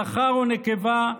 זכר או נקבה,